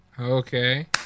Okay